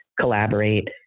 collaborate